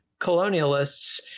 colonialists